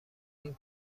این